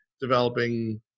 developing